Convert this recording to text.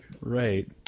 right